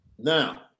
now